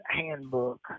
handbook